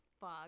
fuck